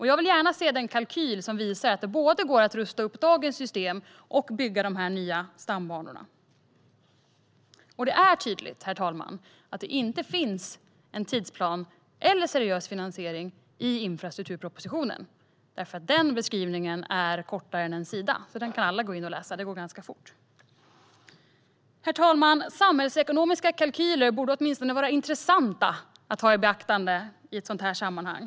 Jag vill gärna se den kalkyl som visar att det går att både rusta upp dagens system och bygga de nya stambanorna. Det är tydligt, herr talman, att det inte finns vare sig tidsplan eller seriös finansiering i infrastrukturpropositionen. Beskrivningen är nämligen kortare än en sida, så den kan alla gå in och läsa; det går ganska fort. Herr talman! Samhällsekonomiska kalkyler borde åtminstone vara intressanta att ha i beaktande i ett sådant här sammanhang.